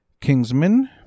Kingsman